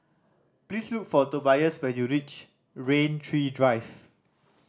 please look for Tobias when you reach Rain Tree Drive